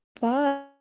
bye